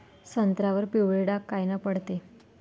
संत्र्यावर पिवळे डाग कायनं पडते?